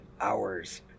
hours